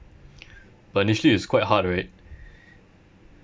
but initially it's quite hard right